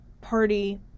party